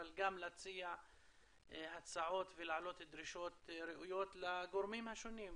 אבל גם להציע הצעות ולהעלות דרישות ראויות לגורמים השונים,